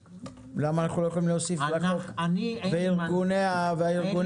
למה אנחנו לא יכולים להוסיף: והארגונים הרלוונטיים?